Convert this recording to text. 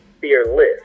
fearless